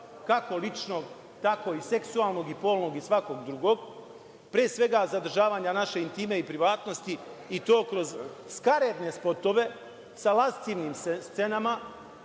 kako ličnog, tako i seksualnog i polnog i svakog drugog, pre svega zadržavanja naše intime i privatnosti i to kroz skaradne spotove sa lascivnim scenama,